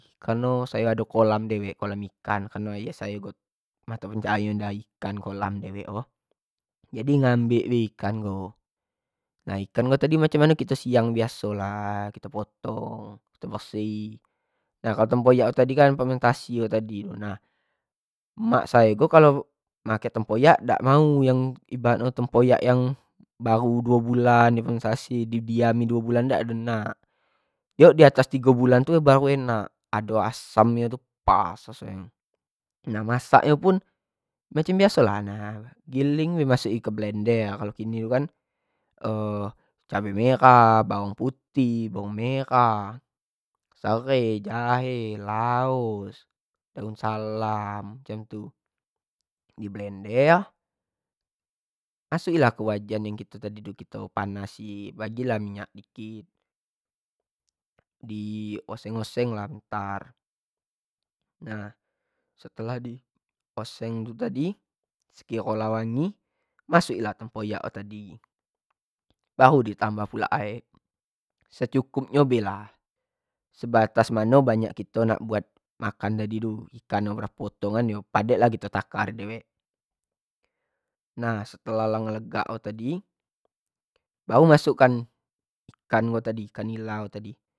Kalo sayo ado kolam dewek, kolam ikan, kareno iyo sayo buat mato pencaharian sayo, ikan kolam dewek ko, jadi ngambek bae ikan ko, nah ikan ko tadi macam mano kito siang kan lah, kito potong, kito bersih, nah kalo tempoyak ini kan keno permentasi tu nah, mak sayo ko kalo make tempoyak, dak mau yang ibarat nyo tempoyak yang baru duo bulan di fermentasi di diami duo bulan dak ado nak, diok diatas tigo bulan tu baru enak, ado asam nyo pas raso nyo, nah masak nyo pun macam biaso lah nah giling kan bae masuk kan ke belender, kini ko kan, cabe merah, bawang putih, bawang merah, sere, jahe, laos. itu daun salam macam tu, di belender, masuk i lah ke wajan yang kito tadi tu panas bagi lah minyak dikit, di oseng-oseng lah bentar, nah, setelah dimoseng tu tadi setelah wangi masuk i lah tempoyak tu tadi, baru di tambah pulak ek, secukup nyo lah, sebatas mano banyak kito nak makan tadi tu ikan, mano kek mano ptotongan nyo padek lah kito nakar nyo dewek, nah setelah lah melegak nyo tadi baru masuk kan ikan, ikan nila tu tadi